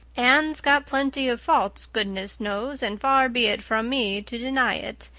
anne's got plenty of faults, goodness knows, and far be it from me to deny it.